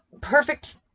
perfect